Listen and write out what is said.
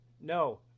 no